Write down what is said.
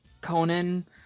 Conan